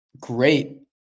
great